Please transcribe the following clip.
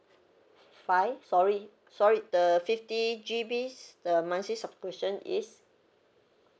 five sorry sorry the fifty G_Bs the monthly subscription is